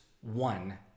one